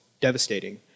devastating